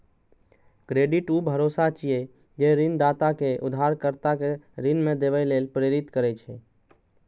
credit ऊ भरोसा छियै, जे ऋणदाता कें उधारकर्ता कें ऋण देबय लेल प्रेरित करै छै